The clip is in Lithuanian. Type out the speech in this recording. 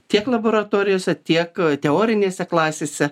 tiek laboratorijose tiek teorinėse klasėse